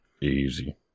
easy